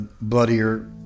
bloodier